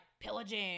pillaging